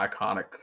iconic